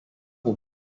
aux